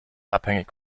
abhängig